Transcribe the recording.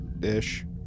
ish